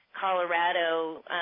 Colorado